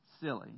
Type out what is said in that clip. silly